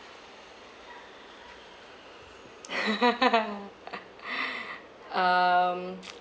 um